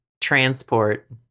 transport